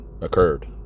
occurred